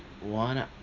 one